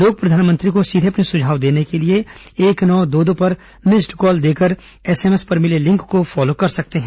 लोग प्रधानमंत्री को सीधे अपने सुझाव देने के लिए एक नौ दो दो पर मिस्ड कॉल देकर एसएमएस पर मिले लिंक को फॉलो कर सकते हैं